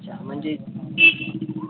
म्हणजे